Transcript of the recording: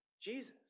Jesus